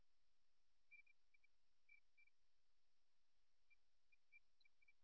பொதுவாக இது எந்தவொரு தொழில்முறை சூழ்நிலையிலும் ஒருபோதும் தேர்வு செய்யப்படாத ஒரு நிலையாகும்